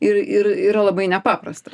ir ir yra labai nepaprasta